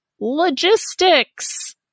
logistics